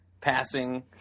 passing